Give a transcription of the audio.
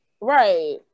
right